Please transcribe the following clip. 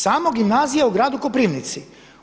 Samo gimnazija u gradu Koprivnici.